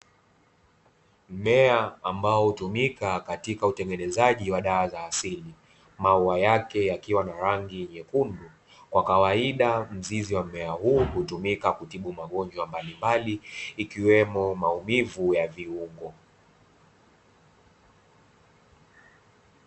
Mmea ambao hutumika katika utengenezaji wa dawa za asili, maua yake yakiwa na rangi nyekundu, kwa kawaida mzizi wa mmea huu hutumika kutibu magonjwa mbalimbali, ikiwemo maumivu ya viungo.